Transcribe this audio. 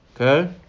Okay